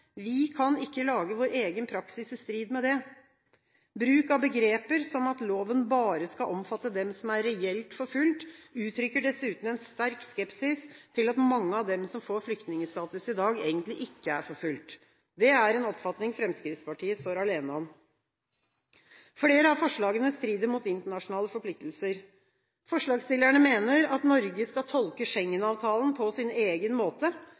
Vi kan ikke lage vår egen praksis i strid med det. Bruken av begreper som at loven bare skal omfatte dem som er reelt forfulgt, uttrykker dessuten en sterk skepsis til at mange av dem som får flyktningstatus i dag, egentlig ikke er forfulgt. Det er en oppfatning Fremskrittspartiet står alene om. Flere av forslagene strider mot internasjonale forpliktelser. Forslagsstillerne mener at Norge skal tolke Schengen-avtalen på sin egen måte